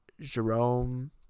Jerome